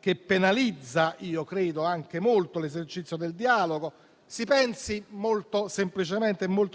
che penalizza - credo anche molto - l'esercizio del dialogo. Si pensi molto